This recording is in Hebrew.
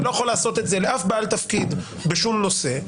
אתה לא יכול לעשות את זה לאף בעל תפקיד בשום נושא.